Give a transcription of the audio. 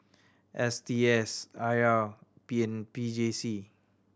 S T S I R P and P J C